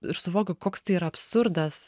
ir suvokiu koks tai yra absurdas